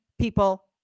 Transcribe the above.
people